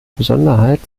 besonderheit